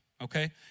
okay